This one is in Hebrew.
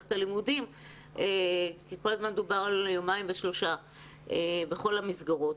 ממערכת הלימודים כי כל הזמן דובר על יומיים ושלושה בכל המסגרות.